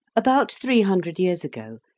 about three hundred years ago,